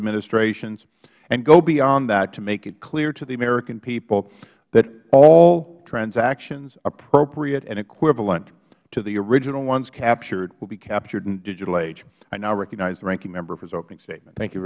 administrations and go beyond that to make it clear to the american people that all transactions appropriate and equivalent to the original ones captured will be captured in the digital age i now recognize the ranking member for his opening statement